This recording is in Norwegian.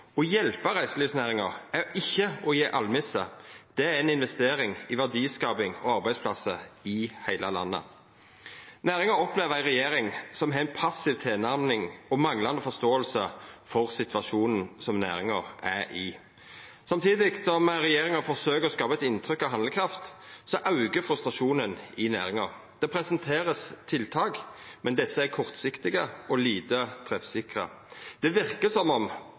Å hjelpa reiselivsnæringa er ikkje å gje almisser; det er ei investering i verdiskaping og arbeidsplassar i heile landet. Næringa opplever ei regjering som har ei passiv tilnærming og manglande forståing for situasjonen som næringa er i. Samtidig som regjeringa forsøker å skapa eit intrykk av handlekraft, aukar frustrasjonen i næringa. Ein presenterer tiltak, men desse er kortsiktige og lite treffsikre. Det verkar som om